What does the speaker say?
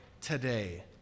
today